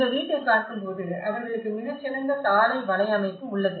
இந்த வீட்டைப் பார்க்கும்போது அவர்களுக்கு மிகச் சிறந்த சாலை வலையமைப்பு உள்ளது